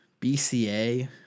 BCA